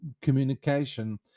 communication